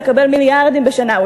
נקבל מיליארדים בשנה.